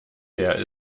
leer